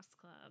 Club